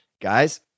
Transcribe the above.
Guys